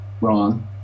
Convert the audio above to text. Wrong